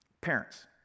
Parents